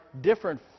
different